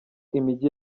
imijyi